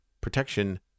Protection